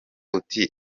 uti